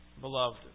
beloved